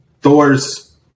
Thor's